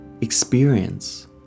experience